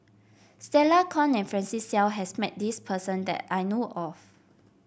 Stella Kon and Francis Seow has met this person that I know of